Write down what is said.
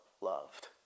loved